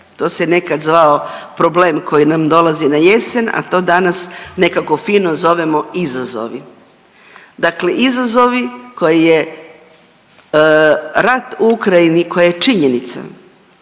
to se nekad zvao problem koji nam dolazi na jesen, a to danas nekako fino zovemo izazovi, dakle izazovi koje je rat u Ukrajini, koje je činjenica.